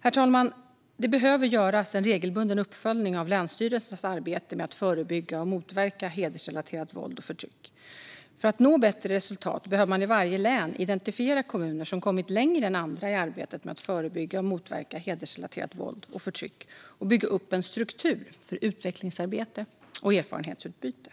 Herr talman! Det behöver göras en regelbunden uppföljning av länsstyrelsernas arbete med att förebygga och motverka hedersrelaterat våld och förtryck. För att nå bättre resultat behöver man i varje län identifiera kommuner som kommit längre än andra i arbetet med att förebygga och motverka hedersrelaterat våld och förtryck och bygga upp en struktur för utvecklingsarbete och erfarenhetsutbyte.